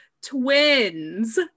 twins